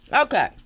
Okay